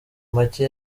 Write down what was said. make